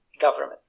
government